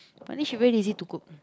I think she very lazy to cook